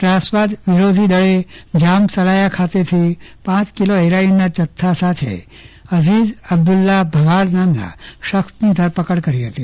ત્રાસવાદ વિરોધીદળે જામ સલાયા ખાતેથી પાંચ કિલો હેરોઈનના જથ્થા સાથે અઝીમ અબ્દુલા ભગાડના અન્ય શખ્સની ધરપકડ કરી હતી